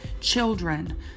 children